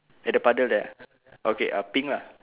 at the puddle there okay uh pink lah